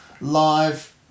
live